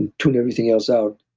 and tune everything else out,